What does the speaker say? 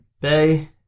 Bay